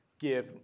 give